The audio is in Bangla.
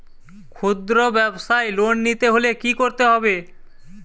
খুদ্রব্যাবসায় লোন নিতে হলে কি করতে হবে?